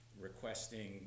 requesting